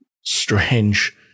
strange